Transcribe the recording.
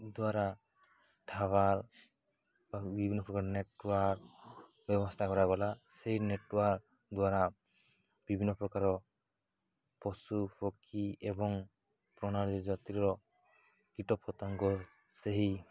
ଦ୍ୱାରା ଟାୱାର ବା ବିଭିନ୍ନ ପ୍ରକାର ନେଟୱାର୍କ ବ୍ୟବସ୍ଥା କରାଗଲା ସେଇ ନେଟୱାର୍କ ଦ୍ୱାରା ବିଭିନ୍ନ ପ୍ରକାର ପଶୁ ପକ୍ଷୀ ଏବଂ ପ୍ରଣାଳୀ ଜାତିର କୀଟପତଙ୍ଗ ସେହି